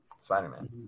spider-man